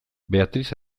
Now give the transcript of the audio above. beatriz